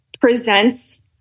presents